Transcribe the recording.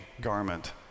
garment